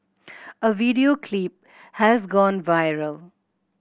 a video clip has gone viral